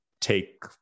take